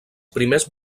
primers